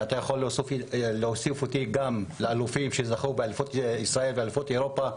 ואתה יכול להוסיף אותי גם לאלופים שזכו באליפות ישראל ואליפות אירופה.